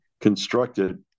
constructed